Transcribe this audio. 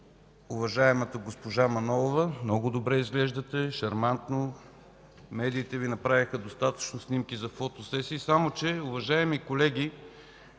представител Мая Манолова.) Много добре изглеждате, шармантно, медиите Ви направиха достатъчно снимки за фотосесии. Само че, уважаеми колеги,